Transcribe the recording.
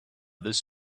this